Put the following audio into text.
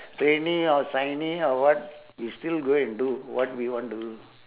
rainy or sunny or what we still go and do what we want to do